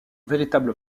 véritable